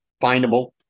findable